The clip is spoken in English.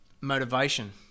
motivation